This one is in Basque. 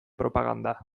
propaganda